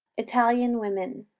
italian women.